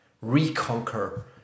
reconquer